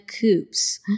Coops